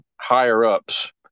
higher-ups